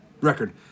record